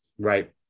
Right